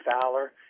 Fowler